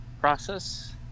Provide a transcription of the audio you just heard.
process